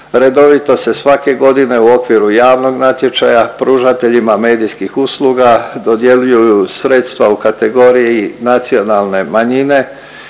redovito se svake godine u okviru javnog natječaja pružateljima medijskih usluga dodjeljuju sredstva u kategoriji nacionalne manjine